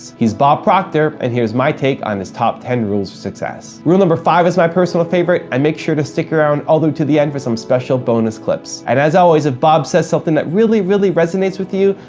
he's bob proctor, and here's my take on his top ten rules for success. rule number five is my personal favorite, and make sure to stick around all through till the end for some special bonus clips. and as always bob says something that really, really resonates with you,